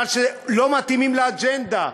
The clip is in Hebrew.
מפני שהם לא מתאימים לאג'נדה,